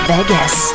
Vegas